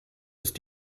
ist